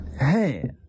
Hey